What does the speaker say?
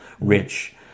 rich